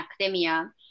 academia